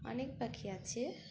অনেক পাখি আছে